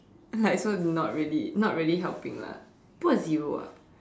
like so not really not really helping lah put a zero ah